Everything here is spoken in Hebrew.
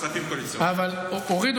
הורידו